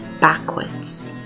backwards